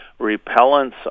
Repellents